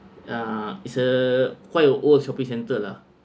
uh is a quite a old shopping center lah